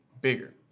bigger